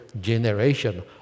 generation